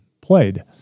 played